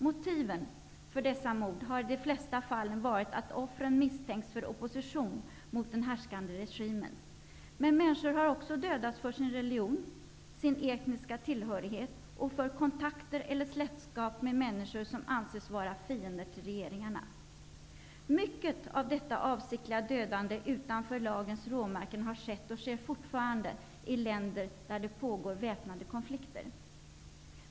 Motiven för dessa mord har i de flesta fallen varit att offren misstänkts för opposition mot den härskande regimen. Men människor har också dödats för sin religion, sin etniska tillhörighet och för kontakter eller släktskap med människor som ansetts vara fiender till regeringarna. Mycket av detta avsiktliga dödande utanför lagens råmärken har skett och sker fortfarande i länder där det pågår väpnade konflikter.